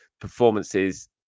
performances